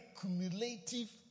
cumulative